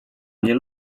nie